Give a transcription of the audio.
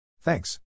Thanks